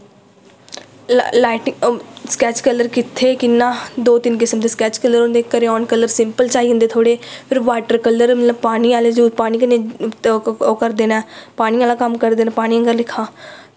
light sketch colour कि'त्थें कि'यां दो तिन्न किसम दे स्कैच कलर होंदे करेआन कलर सिंपल च आई जंदे थोह्ड़े फिर वाटर कलर मतलब पानी आह्ले जो पानी कन्नै ओह् करदे न पानी आह्ला कम्म करदे न पानी आह्ला लेखा